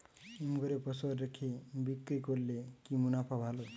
হিমঘরে ফসল রেখে বিক্রি করলে কি মুনাফা ভালো?